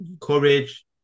courage